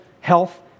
health